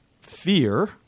fear